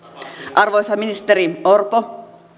arvoisa ministeri orpo